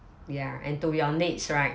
ya and to your needs right